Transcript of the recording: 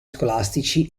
scolastici